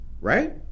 right